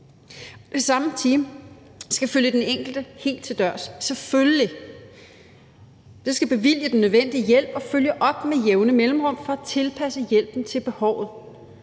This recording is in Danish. Det samme team skal følge den enkelte helt til dørs – selvfølgelig. Det skal bevilge den nødvendige hjælp og følge op med jævne mellemrum for at tilpasse hjælpen til behovet.